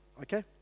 okay